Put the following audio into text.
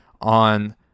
on